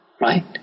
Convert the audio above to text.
right